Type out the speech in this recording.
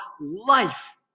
life